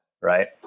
right